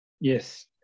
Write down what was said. yes